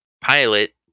pilot